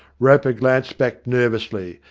roper glanced back nervously,